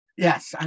Yes